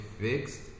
fixed